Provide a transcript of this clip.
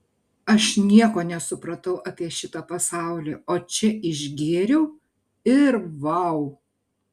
aš nieko nesupratau apie šitą pasaulį o čia išgėriau ir vau